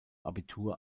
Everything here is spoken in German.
abitur